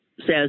says